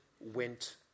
went